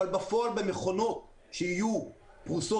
אבל בפועל במכונות שיהיו פרוסות